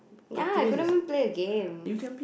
ya I couldn't even play a game